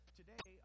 today